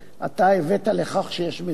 אתה הבאת לכך שיש מזומן.